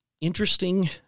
interesting